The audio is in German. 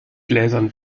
gläsern